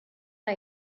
are